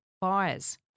buyers